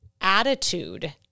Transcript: attitude